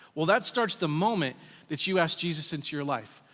well, that starts the moment that you ask jesus into your life.